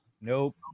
nope